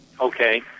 Okay